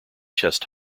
chest